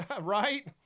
right